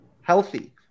healthy